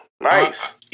Nice